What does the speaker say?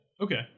Okay